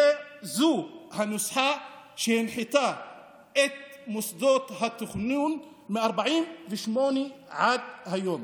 זו הנוסחה שהנחתה את מוסדות התכנון מ-1948 עד היום.